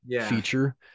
feature